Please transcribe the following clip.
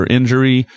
injury